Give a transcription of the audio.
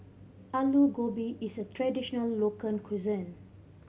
Alu Gobi is a traditional local cuisine